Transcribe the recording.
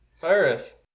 Virus